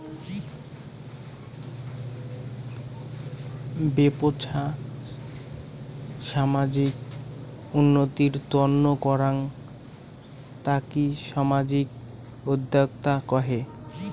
বেপছা সামাজিক উন্নতির তন্ন করাঙ তাকি সামাজিক উদ্যক্তা কহে